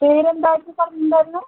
പേര് എന്തായിരുന്നു പറഞ്ഞിട്ട് ഉണ്ടായിരിന്നത്